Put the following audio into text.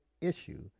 issue